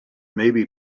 maybe